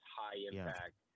high-impact